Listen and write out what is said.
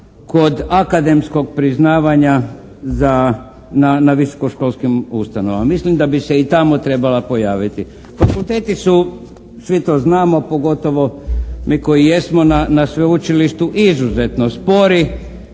kod akademskog priznavanja za, na visokoškolskim ustanovama. Mislim da bi se i tamo trebala pojaviti. Fakulteti su, svi to znamo, pogotovo mi koji jesmo na sveučilištu izuzetno spori